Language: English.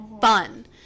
fun